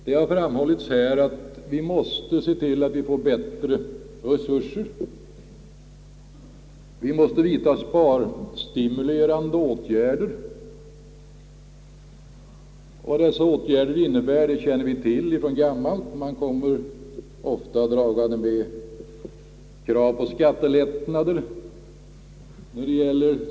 Här har framförts att vi måste se till att vi får bättre resurser och att vi måste vidta sparstimulerande åtgärder. Vad dessa åtgärder innebär känner vi till sedan gammalt. Man kommer ofta dragande med krav på skattelättnader för sparmedel.